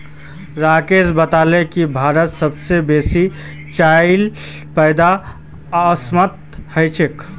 राकेश बताले की भारतत सबस बेसी चाईर पैदा असामत ह छेक